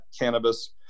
cannabis